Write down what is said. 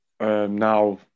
Now